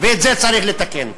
ואת זה צריך לתקן.